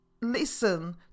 listen